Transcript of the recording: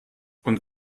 und